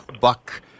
buck